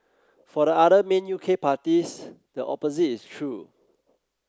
for the other main U K parties the opposite is true